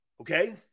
Okay